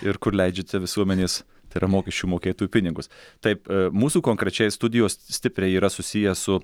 ir kur leidžiate visuomenės tai yra mokesčių mokėtojų pinigus taip mūsų konkrečiai studijos stipriai yra susiję su